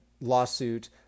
lawsuit